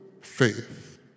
faith